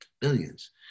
billions